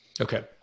Okay